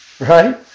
right